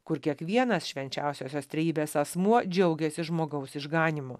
kur kiekvienas švenčiausiosios trejybės asmuo džiaugiasi žmogaus išganymu